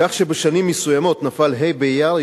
כך שבשנים מסוימות נפל ה' באייר,